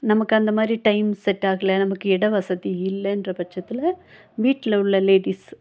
நமக்கு அந்த மாதிரி டைம் செட்டாகலை நமக்கு இட வசதி இல்லைன்ற பட்சத்தில் வீட்டில உள்ள லேடீஸ்